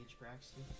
Braxton